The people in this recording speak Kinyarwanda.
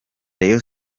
rayon